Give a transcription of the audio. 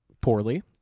poorly